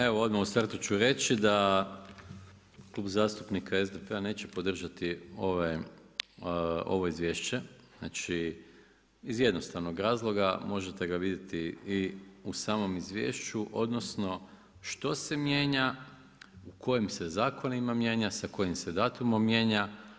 Evo odmah u startu ću reći da Klub zastupnika SDP-a neće podržati ovo izvješće, znači, iz jednostavnog razloga možete ga vidjeti i u samom izvješću, odnosno što se mijenja, u kojim se zakonima mijenja, sa kojim se datumom mijenja.